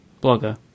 blogger